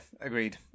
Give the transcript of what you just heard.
agreed